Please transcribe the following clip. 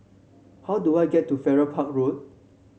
how do I get to Farrer Park Road